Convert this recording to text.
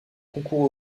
concours